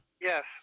Yes